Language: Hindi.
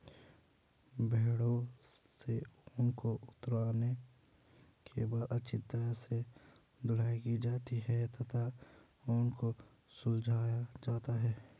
भेड़ों से ऊन को उतारने के बाद अच्छी तरह से धुलाई की जाती है तथा ऊन को सुलझाया जाता है